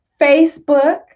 Facebook